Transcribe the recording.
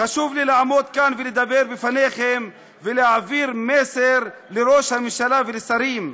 חשוב לי לעמוד כאן ולדבר בפניכם ולהעביר מסר לראש הממשלה ולשרים.